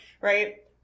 right